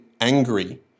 angry